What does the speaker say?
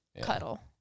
cuddle